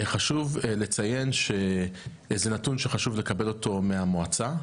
חשוב לציין שזה הוא נתון שחשוב לקבל אותו מהמועצה.